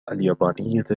اليابانية